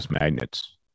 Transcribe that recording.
magnets